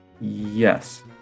Yes